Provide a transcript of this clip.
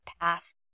path